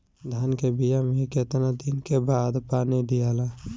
धान के बिया मे कितना दिन के बाद पानी दियाला?